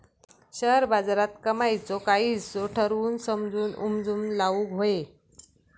share बाजारात कमाईचो काही हिस्सो ठरवून समजून उमजून लाऊक व्हये